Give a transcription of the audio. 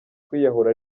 kwiyahura